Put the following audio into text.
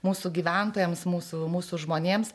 mūsų gyventojams mūsų mūsų žmonėms